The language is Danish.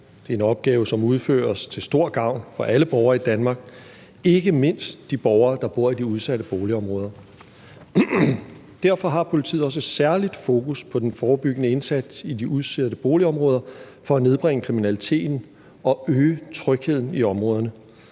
Det er en opgave, som udføres til stor gavn for alle borgere i Danmark, ikke mindst de borgere, der bor i de udsatte boligområder. Derfor har politiet også særlig fokus på den forebyggende indsats i de udsatte boligområder for at nedbringe kriminaliteten og øge trygheden i områderne.